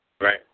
Right